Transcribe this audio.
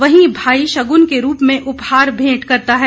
वहीं भाई शगुन के रूप में उपहार भेंट करता है